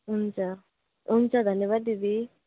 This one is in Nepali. हुन्छ हुन्छ धन्यवाद दिदी